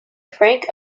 frank